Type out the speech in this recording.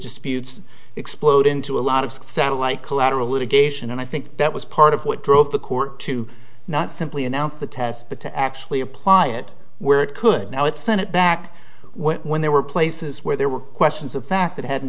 disputes explode into a lot of satellite collateral litigation and i think that was part of what drove the court to not simply announce the test but to actually apply it where it could now it's sent it back when there were places where there were questions of fact it hadn't